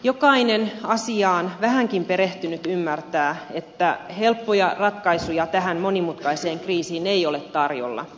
jokainen asiaan vähänkin perehtynyt ymmärtää että helppoja ratkaisuja tähän monimutkaiseen kriisiin ei ole tarjolla